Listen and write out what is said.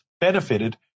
benefited